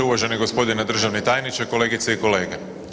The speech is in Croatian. Uvaženi gospodine državni tajniče, kolegice i kolege.